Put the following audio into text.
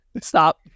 Stop